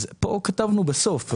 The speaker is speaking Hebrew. כאן כתבנו בסוף.